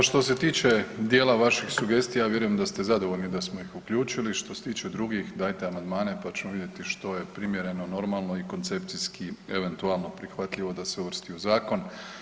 Pa što se tiče dijela vaših sugestija ja vjerujem da ste zadovoljni da smo ih uključili, što se tiče drugih, dajte amandmane, pa ćemo vidjeti što je primjereno, normalno i koncepcijski eventualno prihvatljivo da se uvrsti u zakon.